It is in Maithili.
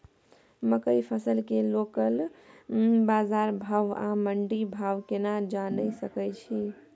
मकई फसल के लोकल बाजार भाव आ मंडी भाव केना जानय सकै छी?